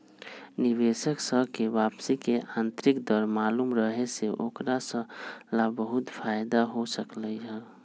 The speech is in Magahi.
निवेशक स के वापसी के आंतरिक दर मालूम रहे से ओकरा स ला बहुते फाएदा हो सकलई ह